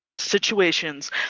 situations